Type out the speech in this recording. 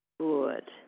Good